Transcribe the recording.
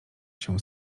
się